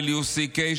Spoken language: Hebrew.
WCK,